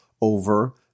over